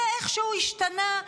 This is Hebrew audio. זה איכשהו השתנה,